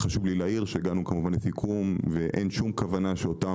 חשוב לי להעיר שהגענו כמובן לסיכום ואין שום כוונה שאותם